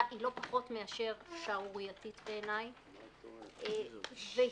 אשמח לשמוע את עמדתכם בעניין הזה,